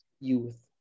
youth